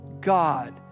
God